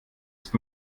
ist